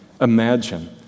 Imagine